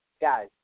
guys